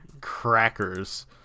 crackers